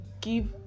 give